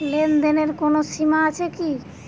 লেনদেনের কোনো সীমা আছে কি?